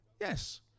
Yes